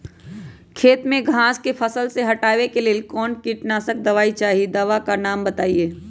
खेत में घास के फसल से हटावे के लेल कौन किटनाशक दवाई चाहि दवा का नाम बताआई?